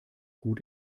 gut